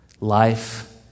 Life